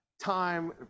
time